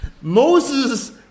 Moses